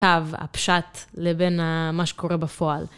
תו הפשט לבין מה שקורה בפועל.